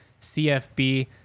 CFB